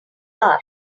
are